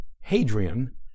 Hadrian